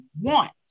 want